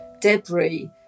debris